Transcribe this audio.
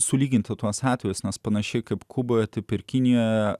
sulyginti tuos atvejus nes panašiai kaip kuboje taip ir kinijoje